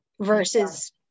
versus